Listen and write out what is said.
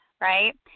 Right